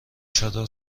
چادر